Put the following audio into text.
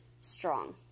strong